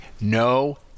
No